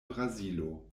brazilo